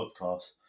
podcast